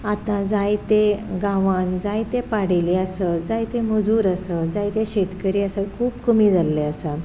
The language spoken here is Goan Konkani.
आतां जायते गांवान जायते पाडेली आसप जायते मजूर आसप जायते शेतकरी आसप खूब कमी जाल्ले आसा